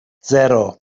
sero